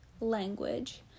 language